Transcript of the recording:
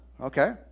Okay